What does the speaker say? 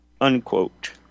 unquote